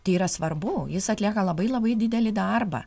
tai yra svarbu jis atlieka labai labai didelį darbą